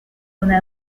una